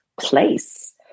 place